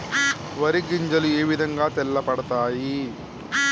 వరి గింజలు ఏ విధంగా తెల్ల పడతాయి?